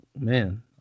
man